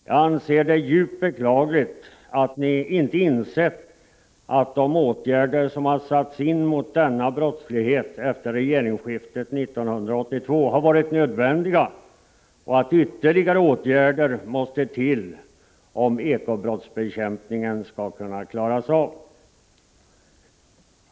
Jag anser det djupt beklagligt att ni inte insett att de åtgärder som satts in mot denna brottslighet efter regeringsskiftet 1982 varit nödvändiga och att ytterligare åtgärder måste till om ekobrottsbekämpningen skall lyckas.